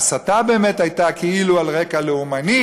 וההסתה באמת הייתה כאילו על רקע לאומני: